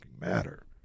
matter